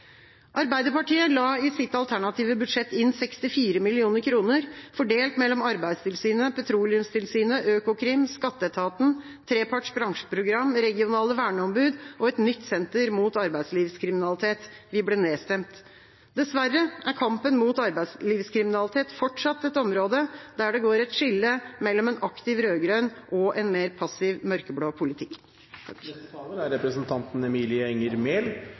Arbeiderpartiet la i sitt alternative budsjett inn 64 mill. kr. fordelt mellom Arbeidstilsynet, Petroleumstilsynet, Økokrim, Skatteetaten, treparts bransjeprogram, regionale verneombud og et nytt senter mot arbeidslivskriminalitet. Vi ble nedstemt. Dessverre er kampen mot arbeidslivskriminalitet fortsatt et område der det går et skille mellom en aktiv rød-grønn og en mer passiv mørkeblå